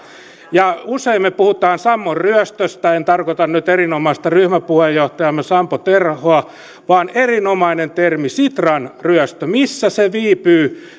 usein me puhumme sammon ryöstöstä en tarkoita nyt erinomaista ryhmäpuheenjohtajaamme sampo terhoa vaan erinomaista termiä sitran ryöstöä missä se viipyy